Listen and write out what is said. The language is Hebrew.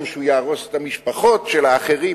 שהוא יהרוס את המשפחות של האחרים.